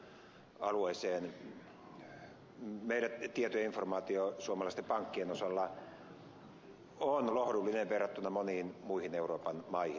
meidän tietomme ja informaatiomme suomalaisten pankkien osalla on lohdullinen verrattuna moniin muihin euroopan maihin